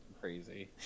crazy